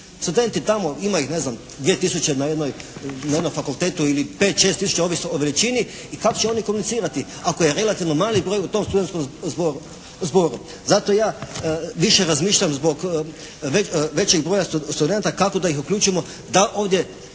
Studenti tamo, ima ih ne znam 2 tisuće na jednom fakultetu ili 5, 6 tisuća, ovisno o veličini i kako će oni komunicirati ako je relativno mali broj u tom studentskom zboru. Zato ja više razmišljam zbog većeg broja studenata, kako da ih uključimo da ovdje